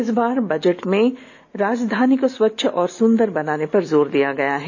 इस बार बजट में राजधानी को स्वच्छ और सुन्दर बनाने पर जोर दिया गया है